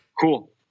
Cool